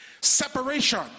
separation